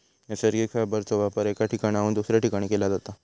नैसर्गिक फायबरचो वापर एका ठिकाणाहून दुसऱ्या ठिकाणी केला जाता